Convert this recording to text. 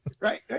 right